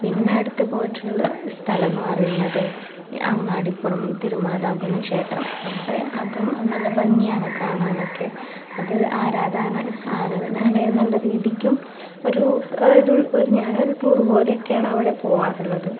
പിന്നെ അടുത്ത് പോയിട്ടുള്ള സ്ഥലംന്നുപറയുന്നത് അങ്ങാടിപ്പുറം തീരുമാതാകുന്ന് ക്ഷേത്രം അവിടെ അതും നല്ല ഭംഗിയാണ് കാണാനൊക്കെ അത് ആരാധന ആരാധനയും എന്നുള്ള രീതിക്കും ഒരു ഒരു ഞാനൊരു ടൂറ് പോലെയൊക്കെയാണ് അവിടെ പോവാറുള്ളത്